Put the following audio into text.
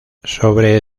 sobre